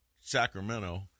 Sacramento